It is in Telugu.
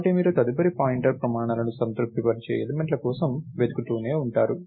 కాబట్టి మీరు తదుపరి పాయింటర్ ప్రమాణాలను సంతృప్తిపరిచే ఎలెమెంట్ల కోసం వెతుకుతూనే ఉంటారు